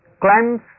climbs